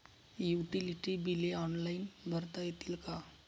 Utility बिले online भरता येतील का?